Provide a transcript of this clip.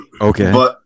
Okay